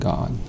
God